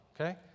okay